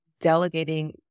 delegating